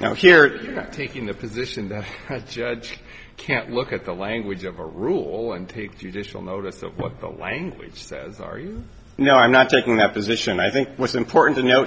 now if you're taking the position that judge can't look at the language of a rule and take judicial notice of what the language says are you know i'm not taking that position i think what's important to no